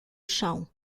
chão